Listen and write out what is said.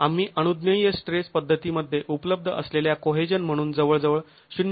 आम्ही अनुज्ञेय स्ट्रेस पद्धतीमध्ये उपलब्ध असलेल्या कोहेजन म्हणून जवळजवळ ०